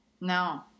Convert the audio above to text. No